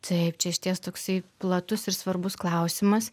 taip čia išties toksai platus ir svarbus klausimas